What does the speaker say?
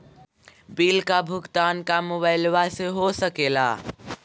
Bill का भुगतान का मोबाइलवा से हो सके ला?